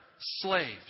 slaves